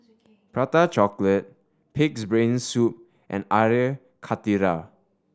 Prata Chocolate Pig's Brain Soup and Air Karthira